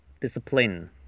discipline